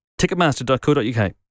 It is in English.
Ticketmaster.co.uk